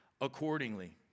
accordingly